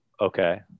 Okay